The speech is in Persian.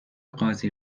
قاضی